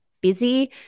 busy